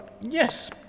yes